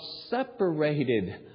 separated